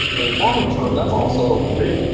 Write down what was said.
but the long-term, that's also great.